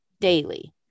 daily